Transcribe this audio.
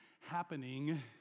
happening